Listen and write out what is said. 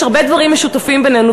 יש הרבה דברים משותפים בינינו,